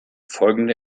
folgende